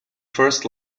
first